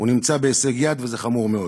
זה נמצא בהישג יד, וזה חמור מאוד.